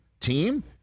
team